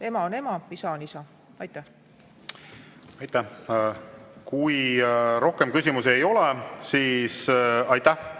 Ema on ema, isa on isa. Aitäh! Kui rohkem küsimusi ei ole, siis aitäh,